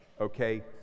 okay